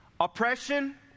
oppression